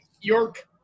York